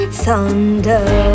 thunder